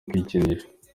kwikinisha